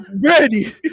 Ready